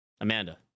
Amanda